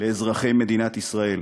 לאזרחי מדינת ישראל.